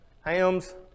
Hams